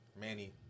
Manny